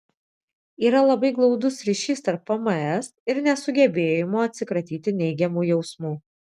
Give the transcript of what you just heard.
yra labai glaudus ryšys tarp pms ir nesugebėjimo atsikratyti neigiamų jausmų